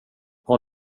har